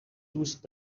دوست